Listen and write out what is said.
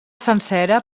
sencera